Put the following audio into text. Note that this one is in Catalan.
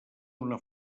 una